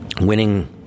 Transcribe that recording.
winning